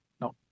No